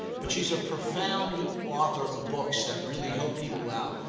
but she's a profound author of books that really help people out,